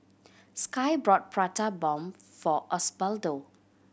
Sky bought Prata Bomb for Osbaldo